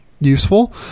useful